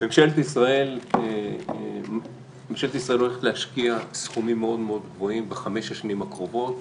ממשלת ישראל הולכת להשקיע סכומים מאוד מאוד גבוהים בחמש השנים הקרובות